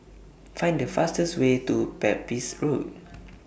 Find The fastest Way to Pepys Road